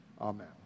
Amen